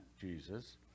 Jesus